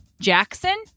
Jackson